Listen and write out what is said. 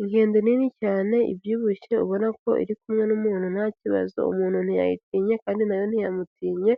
inkede nini cyane ibyibushye ubona ko iri kumwe n'umuntu nta kibazo, umuntu nti yayitinye kandi nayo nti yamutinye